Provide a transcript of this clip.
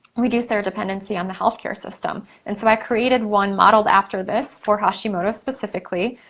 reduce their dependency on the healthcare system. and so, i created one modeled after this for hashimoto's specifically.